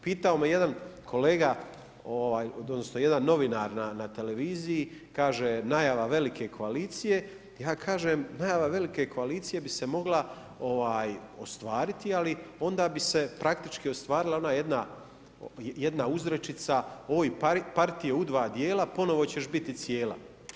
Pitao me jedan kolega, odnosno, jedan novinar na televiziji, kaže najave velike koalicije, ja kažem, najava velike koalicije bi se mogla ostvariti, ali onda bi se praktički ostvarila ona jedna uzrečica, oj partijo u dva dijela, ponovno ćeš biti cijela.